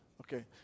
Okay